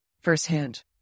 firsthand